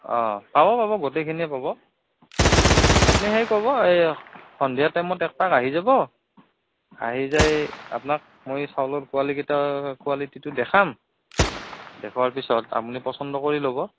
অঁ পাব পাব গোটেইখিনিয়ে পাব আপুনি সেই কৰিব এই সন্ধিয়া টাইমত এপাক আহি যাব আহি যায় আপোনাক মই চাউলৰ কোৱালিটিকেইটা কোৱালিটিটো দেখাম দেখোৱাৰ পিছত আপুনি পচন্দ কৰি ল'ব